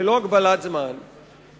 ללא הגבלת זמן,